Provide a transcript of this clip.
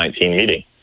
meeting